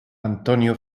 antonio